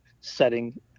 setting